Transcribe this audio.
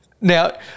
Now